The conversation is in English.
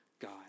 God